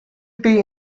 tea